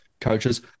coaches